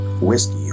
whiskey